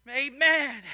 Amen